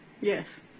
Yes